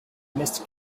missed